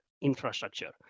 infrastructure